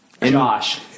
Josh